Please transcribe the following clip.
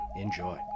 Enjoy